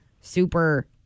super